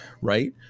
right